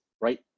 right